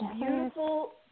beautiful